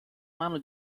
mano